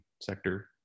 sector